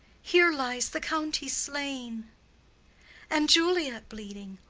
here lies the county slain and juliet bleeding,